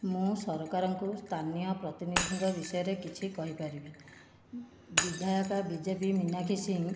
ମୁଁ ସରକାରଙ୍କୁ ସ୍ତାନୀୟ ପ୍ରତିନିଧିଙ୍କ ବିଷୟରେ କିଛି କହିପାରିବି ବିଧାୟକା ବିଜେପି ମିନାକ୍ଷୀ ସିଂ